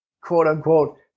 quote-unquote